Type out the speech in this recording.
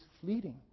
fleeting